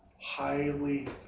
highly